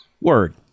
Word